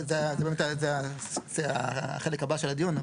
זה החלק הבא של הדיון.